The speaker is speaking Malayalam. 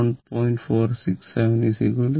467 3